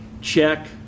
check